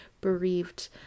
bereaved